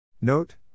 Note